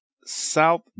South